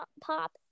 pop